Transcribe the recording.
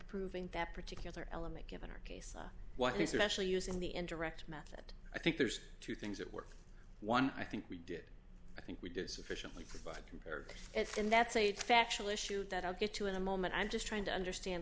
proving that particular element given our case what is it actually use in the indirect method i think there's two things that work one i think we did i think we did sufficiently provide compared it's and that's a factual issue that i'll get to in a moment i'm just trying to understand